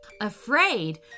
Afraid